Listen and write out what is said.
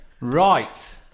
Right